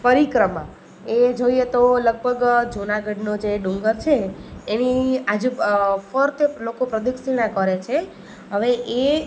પરિક્રમા એ જોઈએ તો લગભગ જૂનાગઢનો જે ડુંગર છે એની આજુ ફરતે લોકો પ્રદક્ષિણા કરે છે હવે એ